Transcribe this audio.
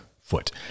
foot